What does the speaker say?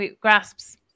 Grasps